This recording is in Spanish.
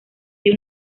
dio